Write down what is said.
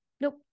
nope